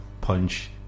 punch